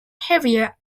heavier